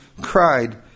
cried